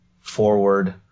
forward